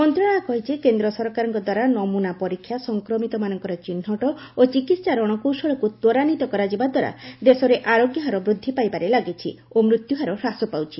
ମନ୍ତ୍ରଣାଳୟ କହିଛି କେନ୍ଦ୍ର ସରକାରଙ୍କ ଦ୍ୱାରା ନମୁନା ପରୀକ୍ଷା ସଂକ୍ରମିତମାନଙ୍କ ଚିହ୍ନଟ ଓ ଚିକିତ୍ସା ରଣକୌଶଳକୁ ତ୍ୱରାନ୍ୱିତ କରାଯିବା ଦ୍ୱାରା ଦେଶରେ ଆରୋଗ୍ୟ ହାର ବୃଦ୍ଧି ପାଇବାରେ ଲାଗିଛି ଓ ମୃତ୍ୟୁହାର ହ୍ରାସ ପାଉଛି